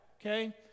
Okay